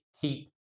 keep